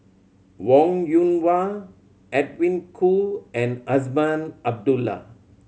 Wong Yoon Wah Edwin Koo and Azman Abdullah